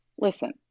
listen